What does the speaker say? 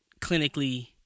clinically